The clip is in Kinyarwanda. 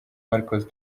marcus